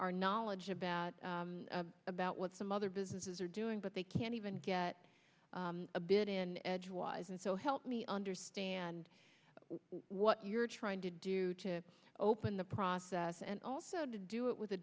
our knowledge about about what some other businesses are doing but they can't even get a bid in edgewise and so help me understand what you're trying to do to open the process and also to do it with a